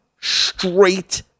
straight